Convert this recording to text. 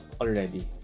already